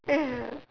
ya